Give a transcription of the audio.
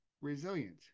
resilient